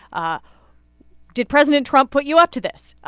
ah did president trump put you up to this?